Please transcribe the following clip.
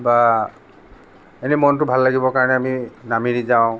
বা এনে মনতো ভাল লাগিবৰ কাৰণে আমি নামেৰী যাওঁ